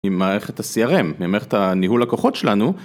עם מערכת הCRM, עם מערכת הניהול לקוחות שלנו.